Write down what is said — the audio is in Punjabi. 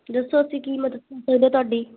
ਦੱਸੋ ਅਸੀਂ ਕੀ ਮਦਦ ਕਰ ਸਕਦੇ ਤੁਹਾਡੀ